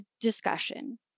discussion